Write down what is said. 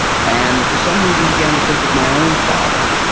and for some reason, began to think of my own father.